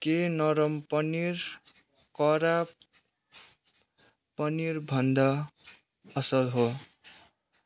के नरम पनिर कडा पनिरभन्दा असल हो